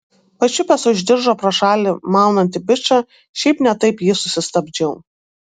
pačiupęs už diržo pro šalį maunantį bičą šiaip ne taip jį susistabdžiau